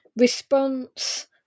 response